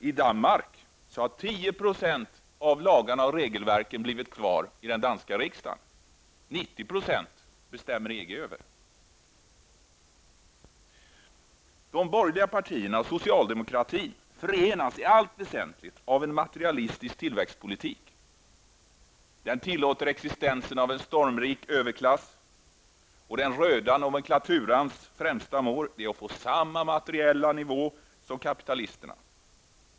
I Danmark blev det 10 % kvar av de danska lagarna och regelverken för den danska riksdagen att bestämma över. Resterande 90 % bestämmer EG över. De borgerliga partierna och socialdemokratin förenas i allt väsentligt av en materialistisk tillväxtpolitik. Den tillåter existensen av en stormrik överklass, och den ''röda'' nomenklaturans främsta mål är att få samma materiella nivå som kapitalisterna.